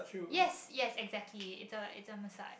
yes yes exactly it it a message